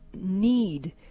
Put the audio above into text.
need